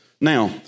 Now